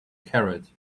carrot